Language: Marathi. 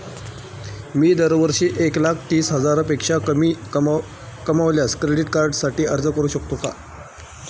मी दरवर्षी एक लाख तीस हजारापेक्षा कमी कमावल्यास क्रेडिट कार्डसाठी अर्ज करू शकतो का?